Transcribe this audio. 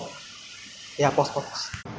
ah 讲还有